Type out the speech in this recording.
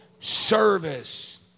service